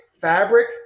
fabric